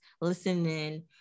listening